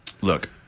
Look